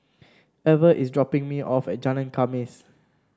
Ever is dropping me off at Jalan Khamis